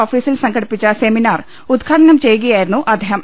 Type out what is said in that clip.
ഓഫീസിൽ സ്സ്ലടിപ്പിച്ച സെമിനാർ ഉദ്ഘാടനം ചെയ്യുകയായിരുന്നു അദ്ദേഹം